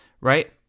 Right